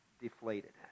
deflated